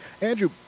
Andrew